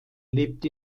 lebt